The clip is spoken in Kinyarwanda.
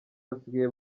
basigaye